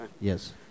yes